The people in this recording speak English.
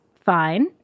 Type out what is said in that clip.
fine